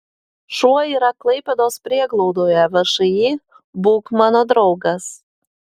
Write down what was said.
šuo yra klaipėdos prieglaudoje všį būk mano draugas